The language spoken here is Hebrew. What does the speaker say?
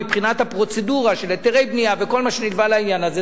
מבחינת הפרוצדורה של היתרי בנייה וכל מה שנקבע לעניין הזה,